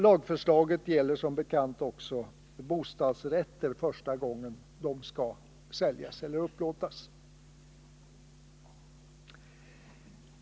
Lagförslaget gäller som bekant också bostadsrätter första gången de skall säljas eller upplåtas.